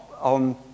on